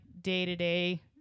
day-to-day